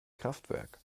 kraftwerk